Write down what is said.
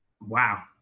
Wow